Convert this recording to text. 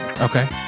Okay